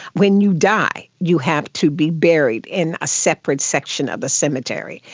when you die you have to be buried in a separate section of the cemetery.